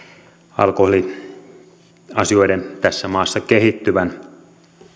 alkoholiasioiden tässä maassa kehittyvän